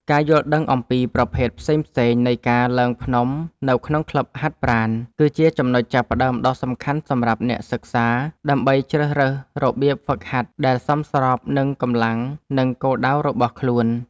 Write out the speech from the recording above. ការយល់ដឹងអំពីប្រភេទផ្សេងៗនៃការឡើងភ្នំនៅក្នុងក្លឹបហាត់ប្រាណ គឺជាចំណុចចាប់ផ្ដើមដ៏សំខាន់សម្រាប់អ្នកសិក្សា ដើម្បីជ្រើសរើសរបៀបហ្វឹកហាត់ដែលសមស្របនឹងកម្លាំង និងគោលដៅរបស់ខ្លួន។